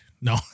No